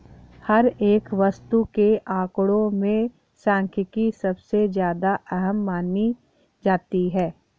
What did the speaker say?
हर एक वस्तु के आंकडों में सांख्यिकी सबसे ज्यादा अहम मानी जाती है